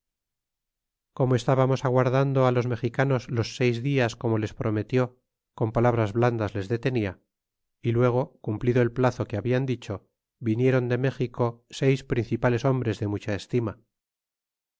como estábamos aguardando los mexicanos los seis dias como les prometió con palabras blandas les detenia y luego cumplido el plazo que habían dicho viniéron de méxico seis principales hombres de mucha estima